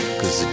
cause